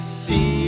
see